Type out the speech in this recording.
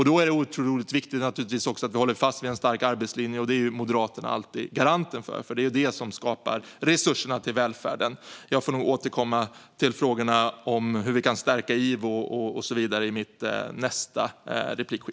Då är det naturligtvis otroligt viktigt att vi håller fast vid en stark arbetslinje. Det är Moderaterna alltid garanten för. Det är vad som skapar resurserna till vill välfärden. Jag får nog återkomma till frågorna om hur vi kan stärka Ivo och så vidare i min nästa replik.